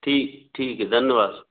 ठीक ठीक है धन्यवाद